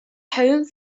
home